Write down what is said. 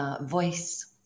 voice